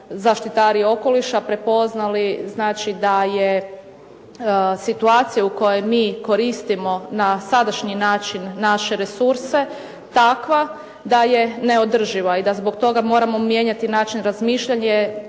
zaštitari okoliša prepoznali znači da je situacija u kojoj mi koristimo na sadašnji način naše resurse takva da je neodrživa i da zbog toga moramo mijenjati način razmišljanja,